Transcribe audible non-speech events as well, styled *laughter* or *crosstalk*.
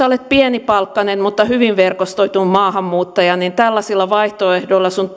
*unintelligible* olet pienipalkkainen mutta hyvin verkostoitu maahanmuuttaja niin tällaisilla vaihtoehdoilla sinun *unintelligible*